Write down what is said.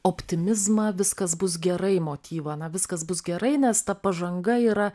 optimizmą viskas bus gerai motyvą na viskas bus gerai nes ta pažanga yra